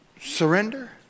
surrender